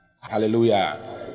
Hallelujah